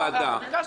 ביקשת קיבלת.